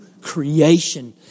creation